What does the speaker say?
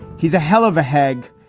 he's a hell of a hegg.